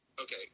Okay